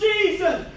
Jesus